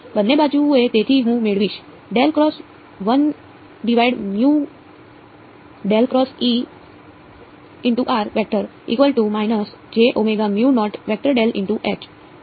બંને બાજુએ તેથી હું મેળવીશ અને પછી હું અહીં બદલી શકું છું